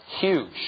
Huge